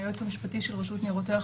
היועץ המשפטי של רשות ניירות ערך,